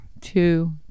two